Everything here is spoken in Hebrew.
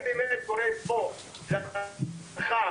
אני קורא פה לחבריי,